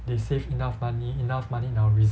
they save enough money enough money in our reserve